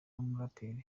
n’umuraperi